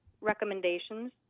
recommendations